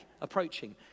approaching